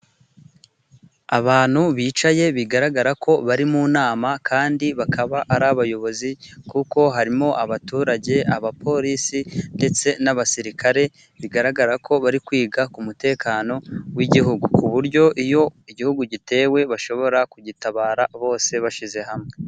Abantu bicaye bigaragara ko bari mu nama kandi bakaba ari abayobozi kuko harimo abaturage, abapolisi ndetse n'abasirikare. Bigaragara ko bari kwiga ku mutekano w'Igihugu ku buryo iyo Igihugu gitewe bashobora kugitabara bose bashyize hamwe.